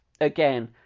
Again